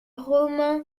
romain